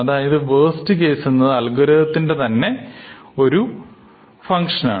അതായത് worst case എന്നത് അൽഗോരിതത്തിന്റെതന്നെ ഒരു ഫങ്ക്ഷനാണ്